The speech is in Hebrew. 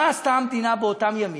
מה עשתה המדינה באותם ימים?